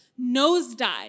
nosedive